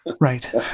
Right